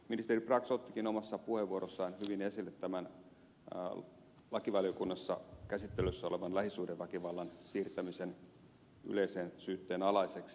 ministeri brax ottikin omassa puheenvuorossaan hyvin esille tämän lakivaliokunnassa käsittelyssä olevan lähisuhdeväkivallan siirtämisen yleisen syytteen alaiseksi